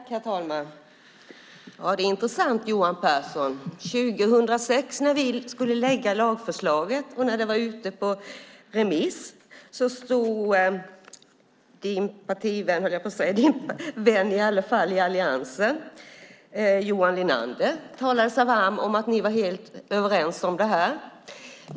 Herr talman! Det är intressant, Johan Pehrson, att när vi 2006 skulle lägga fram lagförslaget och det var ute på remiss stod din vän i alliansen, Johan Linander, och talade sig varm för att ni var helt överens om det här.